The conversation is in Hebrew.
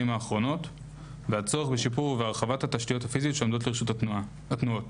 האחרונות והצורך בשיפור ובהרחבת התשתיות הפיזיות שעומדות לרשות התנועות.